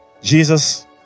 Jesus